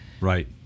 Right